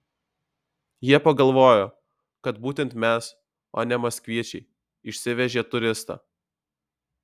jie pagalvojo kad būtent mes o ne maskviečiai išsivežė turistą